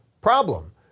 problem